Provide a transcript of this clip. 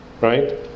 right